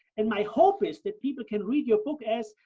and my hope is that people can read your book as,